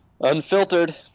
Unfiltered